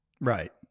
Right